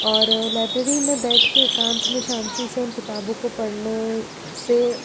और लाइब्रेरी में बैठके एकांत में शांति से उन किताबों को पढ़ने से